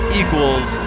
equals